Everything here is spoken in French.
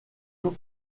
tout